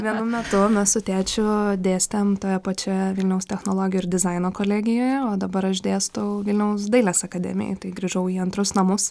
vienu metu mes su tėčiu dėstėm toje pačioje vilniaus technologijų ir dizaino kolegijoje o dabar aš dėstau vilniaus dailės akademijoj tai grįžau į antrus namus